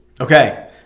Okay